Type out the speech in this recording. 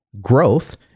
Growth